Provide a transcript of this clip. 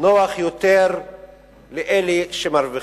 נוח יותר לאלה שמרוויחים,